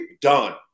done